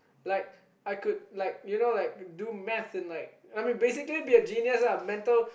like I could like you know like do Math in like basically be a genius mental